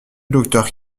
docteur